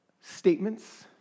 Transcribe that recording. statements